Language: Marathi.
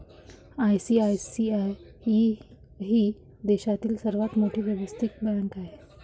आई.सी.आई.सी.आई ही देशातील सर्वात मोठी व्यावसायिक बँक आहे